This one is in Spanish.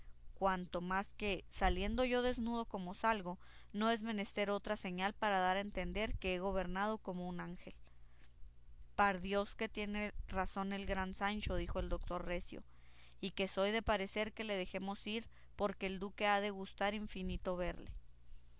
cuanto más que saliendo yo desnudo como salgo no es menester otra señal para dar a entender que he gobernado como un ángel par dios que tiene razón el gran sancho dijo el doctor recio y que soy de parecer que le dejemos ir porque el duque ha de gustar infinito de verle